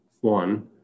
one